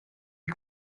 que